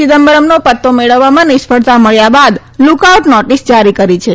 ચિદમ્બરમનો પતો મેળવવામાં નિષ્ફળતા મળ્યા બાદ લૂકઆઉટ નોટીસ જારી કરી છે